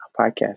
podcast